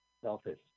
Selfish